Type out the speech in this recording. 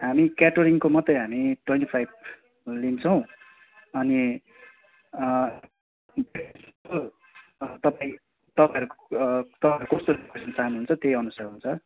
हामी क्याटरिङको मात्रै हामी ट्वेन्टी फाइभ लिन्छौँ अनि तपाईँहरूको कस्तो फ्यासिलिटी चाहनुहुन्छ त्यही अनुसार हुन्छ